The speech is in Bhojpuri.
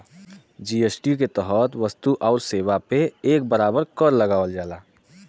जी.एस.टी के तहत वस्तु आउर सेवा पे एक बराबर कर लगावल जाला